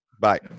Bye